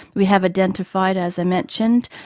we have identified, as i mentioned,